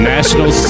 National